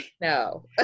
No